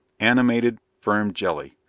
animated, firm jelly!